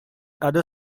other